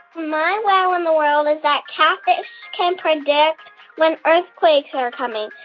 my wow in the world is that catfish can predict when earthquakes are coming.